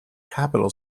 capital